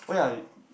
oh ya